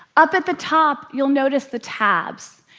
up at the top, you'll notice the tabs.